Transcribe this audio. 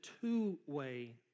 two-way